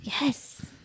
Yes